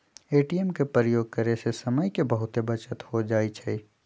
ATM के प्रयोग करे से समय के बहुते बचत हो जाइ छइ